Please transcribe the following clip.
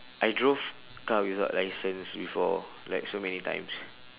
I drove car without licence before like so many times